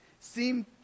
seem